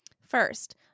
First